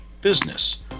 business